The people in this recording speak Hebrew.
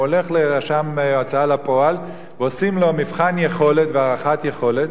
הוא הולך לרשם ההוצאה לפועל ועושים לו מבחן יכולת והערכת יכולת,